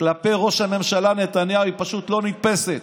כלפי ראש הממשלה נתניהו היא פשוט לא נתפסת,